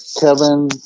Kevin